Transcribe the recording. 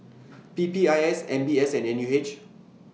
P P I S M B S and N U H